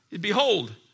behold